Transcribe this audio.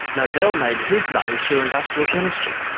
nobel made his money through industrial chemistry,